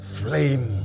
flame